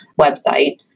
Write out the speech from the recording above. website